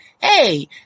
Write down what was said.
hey